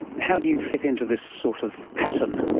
how do you fit in to this sort of pattern?